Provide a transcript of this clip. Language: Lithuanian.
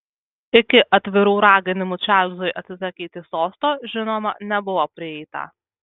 iki atvirų raginimų čarlzui atsisakyti sosto žinoma nebuvo prieita